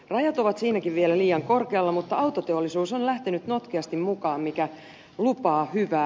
rajat ovat siinäkin vielä liian korkealla mutta autoteollisuus on lähtenyt notkeasti mukaan mikä lupaa hyvää